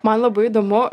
man labai įdomu